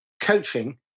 coaching